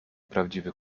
prawdziwy